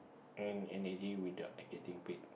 and and easily without getting bed